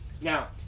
Now